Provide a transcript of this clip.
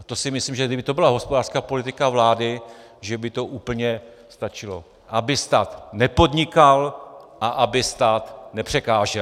A to si myslím, že kdyby to byla hospodářská politika vlády, že by to úplně stačilo aby stát nepodnikal a aby stát nepřekážel.